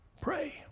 Pray